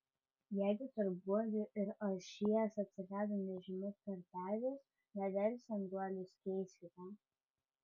jeigu tarp guolių ir ašies atsirado nežymus tarpelis nedelsiant guolius keiskite